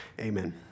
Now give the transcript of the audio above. Amen